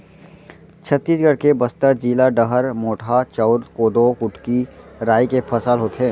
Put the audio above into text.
छत्तीसगढ़ के बस्तर जिला डहर मोटहा चाँउर, कोदो, कुटकी, राई के फसल होथे